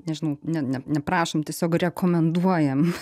nežinau ne ne neprašom tiesiog rekomenduojam